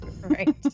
Right